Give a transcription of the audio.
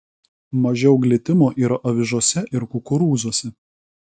mažiau glitimo yra avižose ir kukurūzuose